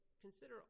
consider